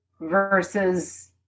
versus